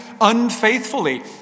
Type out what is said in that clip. unfaithfully